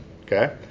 okay